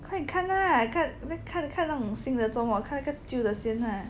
快点看啦你看你看那种新的做莫看那个旧的先啦